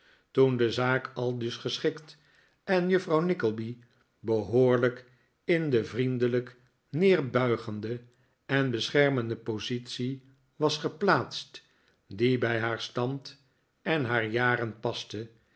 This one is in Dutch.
toen de zaak aldus geschikt en juffrouw nickleby behoorlijk in de vriendelijk neerbuigende en beschermende positie was geplaatst die bij haar stand en haar jaren paste